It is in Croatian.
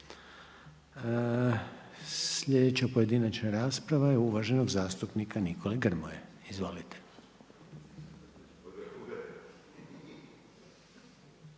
Slijedeća pojedinačna rasprava je uvaženog zastupnika Nikole Grmoje. Izvolite.